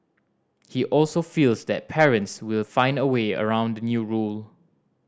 he also feels that parents will find a way around the new rule